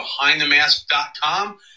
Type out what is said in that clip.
behindthemask.com